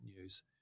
news